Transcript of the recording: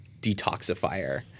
detoxifier